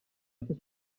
haces